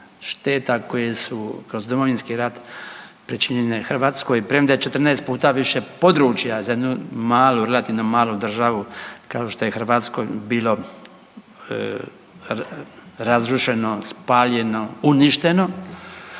koje su kroz Domovinski rat pričinjene premda je 14 puta više područja za jednu malu, relativno malu državu kao što je Hrvatskoj bilo razrušeno, spaljeno, uništeno,